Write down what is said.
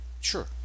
Sure